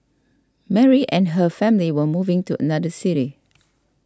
Mary and her family were moving to another city